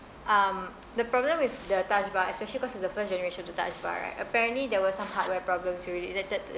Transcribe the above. um the problem with the touch bar especially because it's the first generation to touch bar right apparently there was some hardware problems who were related to